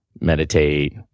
meditate